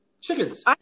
chickens